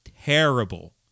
terrible